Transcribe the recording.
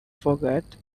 forget